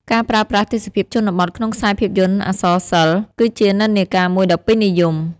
ការប្រើប្រាស់ទេសភាពជនបទក្នុងខ្សែភាពយន្តអក្សរសិល្ប៍ គឺជានិន្នាការមួយដ៏ពេញនិយម។